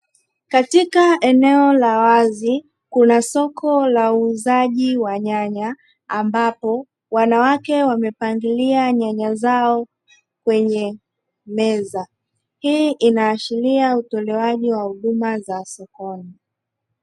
Katika eneo la wazi kuna soko la uuzaji wa nyanya ambapo wanawake wamepangilia nyanya zao kwenye meza, hii inaashiria utolewaji wa huduma za sokoni.